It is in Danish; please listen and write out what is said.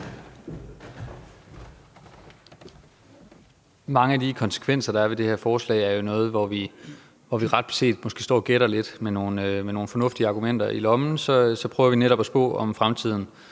Mange af de konsekvenser, der er ved det her forslag, er jo nogle, hvor vi ret beset måske står og gætter lidt. Med nogle fornuftige argumenter i lommen prøver vi netop at spå om fremtiden.